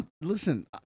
Listen